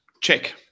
Check